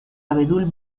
abedul